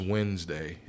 Wednesday